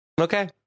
Okay